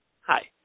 Hi